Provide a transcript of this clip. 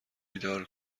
بیدار